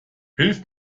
hilf